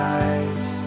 eyes